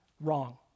Wrong